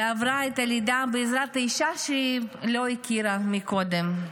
ועברה את הלידה בעזרת אישה שהיא לא הכירה קודם.